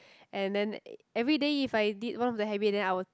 and then everyday if I did one of the habit then I will